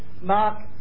Mark